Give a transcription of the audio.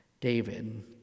David